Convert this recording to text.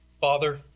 Father